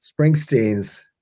Springsteens